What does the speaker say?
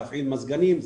להפעיל מזגנים.